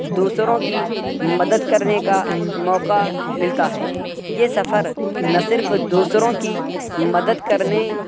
دوسروں کی مدد کرنے کا موقع ملتا ہے یہ سفر نہ صرف دوسروں کی مدد کرنے